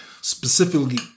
specifically